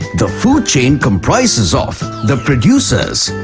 the food chain comprises of the producers,